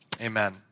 amen